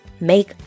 make